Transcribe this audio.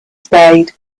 spade